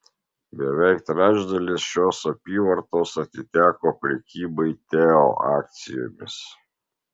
beveik trečdalis šios apyvartos atiteko prekybai teo akcijomis